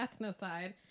ethnocide